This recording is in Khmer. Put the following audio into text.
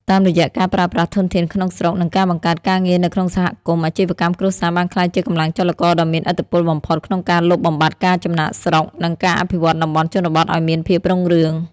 តាមរយៈការប្រើប្រាស់ធនធានក្នុងស្រុក និងការបង្កើតការងារនៅក្នុងសហគមន៍ អាជីវកម្មគ្រួសារបានក្លាយជាកម្លាំងចលករដ៏មានឥទ្ធិពលបំផុតក្នុងការលុបបំបាត់ការចំណាកស្រុក និងការអភិវឌ្ឍតំបន់ជនបទឱ្យមានភាពរុងរឿង។